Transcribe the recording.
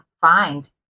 find